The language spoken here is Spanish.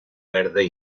verde